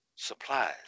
Supplies